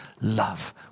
love